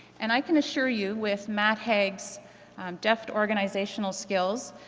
and i can assure you with matt hagg's deft organizational skills,